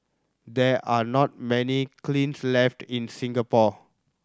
there are not many kilns left in Singapore